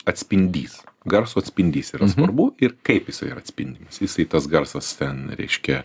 atspindys garso atspindys yra svarbu ir kaip jisai yra atspin jisai tas garsas ten reiškia